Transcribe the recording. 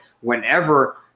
whenever